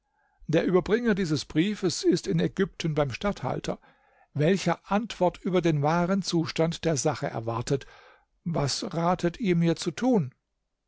der überbringer dieses briefs ist in ägypten beim statthalter welcher antwort über den wahren zustand der sache erwartet was ratet ihr mir zu tun